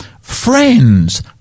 friends